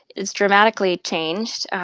it's dramatically changed.